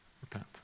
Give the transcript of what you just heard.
repent